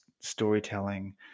storytelling